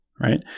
right